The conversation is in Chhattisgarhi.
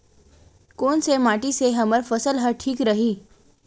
कोन से माटी से हमर फसल ह ठीक रही?